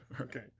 Okay